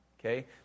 Okay